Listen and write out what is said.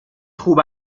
خوب